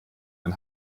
ein